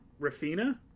rafina